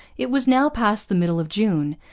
it was now past the middle of june,